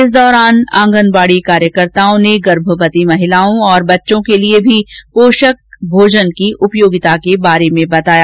इस दौरान आंगनबाड़ी कार्यकर्ताओं ने गर्भवती महिलाओं और बच्चों के लिए भी पोषक भोजन की उपयोगिता के बारे में बताया